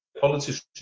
politicians